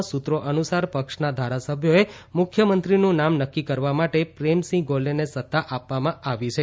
ના સૂત્રો અનુસાર પક્ષના ધારાસભ્યોએ મુખ્યમંત્રીનું નામ નક્કી કરવા માટે પ્રેમસિંહ ગોલેને સત્તા આપવામાં આવી છે